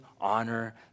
honor